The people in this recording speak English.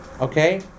okay